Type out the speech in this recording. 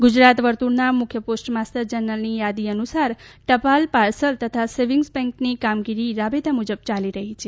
ગુજરાતવર્તુળના મુખ્ય પોસ્ટમાસ્ટર જનરલની યાદી અનુસાર ટપાલ પાર્સલ તથા સેવિંગ્સ બેન્કની કામગીરી રાબેતા મુજબ ચાલી રહી છે